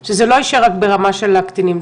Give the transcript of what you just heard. מאוד שזה לא יישאר רק ברמה של הקטינים.